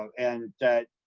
and that,